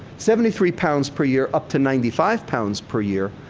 seventy three pounds per year up to ninety five pounds per year.